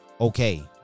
okay